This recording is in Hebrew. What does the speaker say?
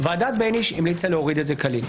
ועדת בייניש המליצה להוריד את זה כליל.